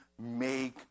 make